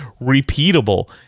repeatable